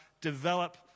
develop